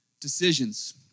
decisions